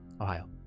Ohio